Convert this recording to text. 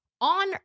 on